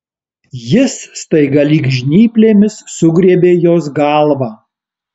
jis staiga lyg žnyplėmis sugriebė jos galvą